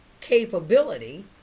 capability